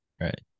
right